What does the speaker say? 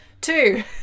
Two